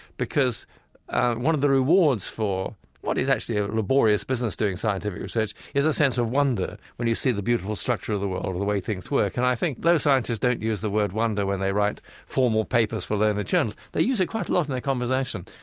because one of the rewards for what is actually a laborious business doing scientific research is a sense of wonder when you see the beautiful structure of the world or the way things work. and i think, though scientists don't use the word wonder when they write formal papers for learned journals, they use it quite a lot in their conversation.